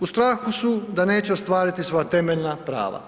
U strahu su da neće ostvariti svoja temeljna prava.